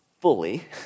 fully